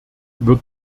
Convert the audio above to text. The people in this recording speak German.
wird